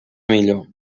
millor